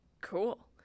cool